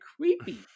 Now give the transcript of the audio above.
creepy